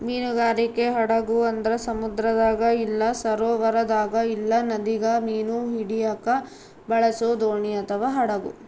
ಮೀನುಗಾರಿಕೆ ಹಡಗು ಅಂದ್ರ ಸಮುದ್ರದಾಗ ಇಲ್ಲ ಸರೋವರದಾಗ ಇಲ್ಲ ನದಿಗ ಮೀನು ಹಿಡಿಯಕ ಬಳಸೊ ದೋಣಿ ಅಥವಾ ಹಡಗು